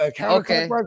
okay